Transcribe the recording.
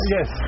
Yes